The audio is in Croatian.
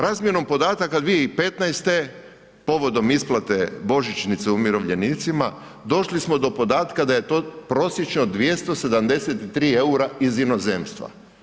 Razmjenom podataka 2015. povodom isplate božićnice umirovljenicima, došli smo do podatka da je to prosječno 273 eura iz inozemstva.